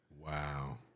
Wow